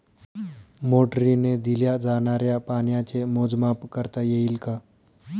मोटरीने दिल्या जाणाऱ्या पाण्याचे मोजमाप करता येईल का?